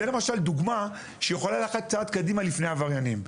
זו למשל דוגמה שיכולה ללכת צעד קדימה לפני עבריינים.